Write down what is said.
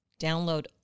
download